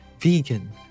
vegan